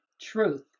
truth